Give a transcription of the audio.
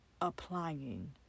applying